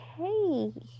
Okay